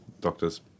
Doctors